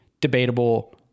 debatable